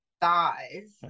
thighs